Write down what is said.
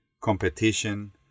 competition